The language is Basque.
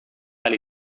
ahal